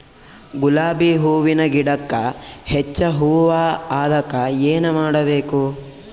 ಗುಲಾಬಿ ಹೂವಿನ ಗಿಡಕ್ಕ ಹೆಚ್ಚ ಹೂವಾ ಆಲಕ ಏನ ಮಾಡಬೇಕು?